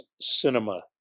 cinema